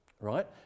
right